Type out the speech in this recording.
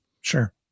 Sure